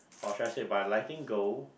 or should I say by liking girl